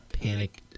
panic